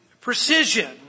precision